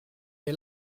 est